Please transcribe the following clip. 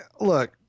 look